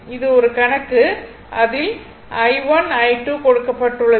இது ஒரு கணக்கு அதில் i1 i2 கொடுக்கப்பட்டுள்ளது